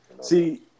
See